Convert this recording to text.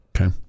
Okay